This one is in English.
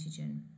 antigen